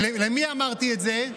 למי אמרתי את זה?